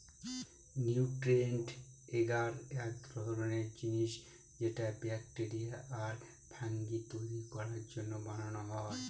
nutrient agar এক ধরনের জিনিস যেটা ব্যাকটেরিয়া আর ফাঙ্গি তৈরী করার জন্য বানানো হয়